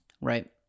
right